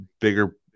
bigger